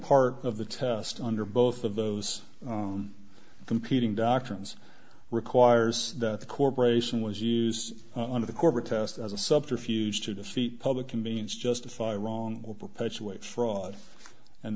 part of the test under both of those competing doctrines requires that the corporation was use of the corporate test as a subterfuge to defeat public conveyance justify wrong or perpetuate fraud and